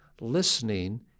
Listening